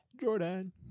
Jordan